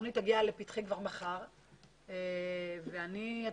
התוכנית תגיע לפתחי כבר מחר ואני מקווה